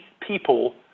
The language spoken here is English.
people